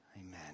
Amen